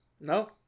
no